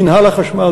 מינהל החשמל,